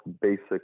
basic